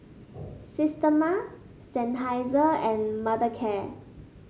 Systema Seinheiser and Mothercare